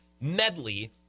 medley